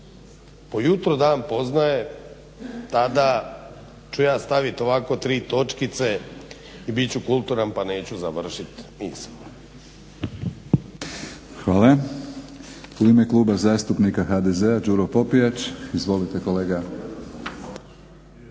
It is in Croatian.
po jutru dan poznaje tada ću ja staviti ovako tri točkice i bit ću kulturan pa neću završiti misao. **Batinić, Milorad (HNS)** Hvala. U ime Kluba zastupnika HDZ-a Đuro Popijač. Izvolite kolega.